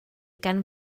gan